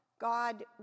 God